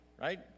right